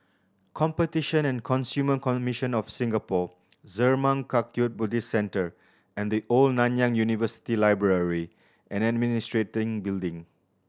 Competition and Consumer Commission of Singapore Zurmang Kagyud Buddhist Centre and The Old Nanyang University Library and Administration Building